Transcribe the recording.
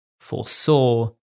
foresaw